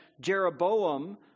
Jeroboam